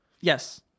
Yes